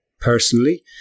personally